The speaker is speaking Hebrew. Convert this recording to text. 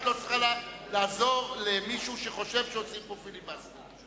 את לא צריכה לעזור למישהו שחושב שעושים פה פיליבסטר.